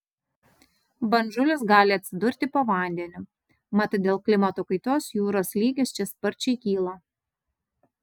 bandžulis gali atsidurti po vandeniu mat dėl klimato kaitos jūros lygis čia sparčiai kyla